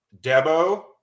Debo